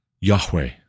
yahweh